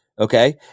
Okay